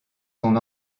son